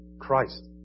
Christ